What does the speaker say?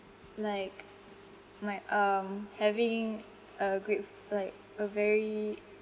like my um having a grateful~ like a very